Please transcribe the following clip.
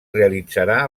realitzarà